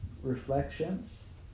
Reflections